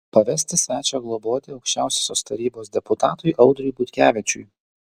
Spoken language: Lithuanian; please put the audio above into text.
pavesti svečią globoti aukščiausiosios tarybos deputatui audriui butkevičiui